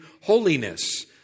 holiness